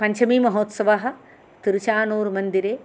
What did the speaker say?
पञ्चमीमहोत्सवः तिरुचानूर् मन्दिरे